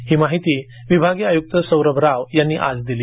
अशी माहिती विभागीय आयुक्त सौरभ राव यांनी दिली